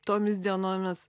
tomis dienomis